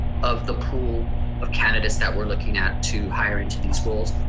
of the pool of candidates that we're looking at to hire into these roles,